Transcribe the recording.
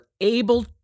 able